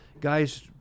guys